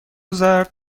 زرد